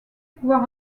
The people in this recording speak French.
pouvoir